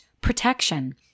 protection